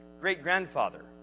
great-grandfather